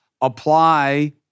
apply